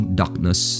darkness